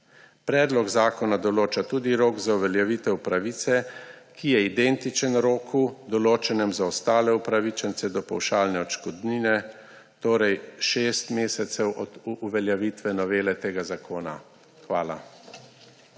Predlog zakona določa tudi rok za uveljavitev pravice, ki je identičen roku, določenim za ostale upravičence do pavšalne odškodnine, torej šest mesecev od uveljavitve novele tega zakona. Hvala.